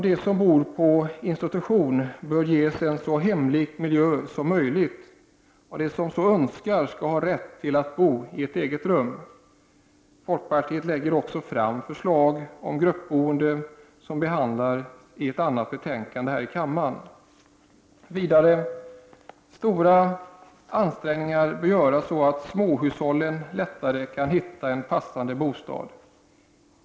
De som bor på institution bör ges en så hemlik miljö som möjligt. De som så önskar skall ha rätt till att bo i ett eget rum. Folkpartiet lägger också fram förslag om gruppboende som behandlas i ett annat betänkande i riksdagen. Stora ansträngningar bör göras för att småhushållen lättare kan hitta en passande bostad.